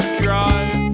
drive